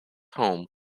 home